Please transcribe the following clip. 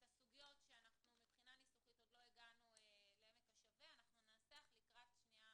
את הסוגיות שמבחינה ניסוחית עוד לא הגענו לעמק השווה ננסח לקראת שנייה